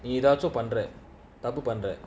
நீஏதாச்சும்பண்றதப்புபண்ற:nee edhachum panra thappu panra